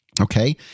okay